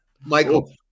Michael